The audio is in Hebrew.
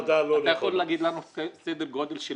כל תקליטור (דיסק) נוסף 0 4. תשלום מצטבר